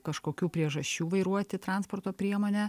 kažkokių priežasčių vairuoti transporto priemonę